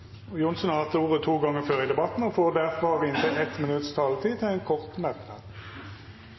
Arne Nævra har hatt ordet to gonger tidlegare i debatten og får ordet til ein kort merknad,